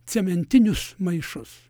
cementinius maišus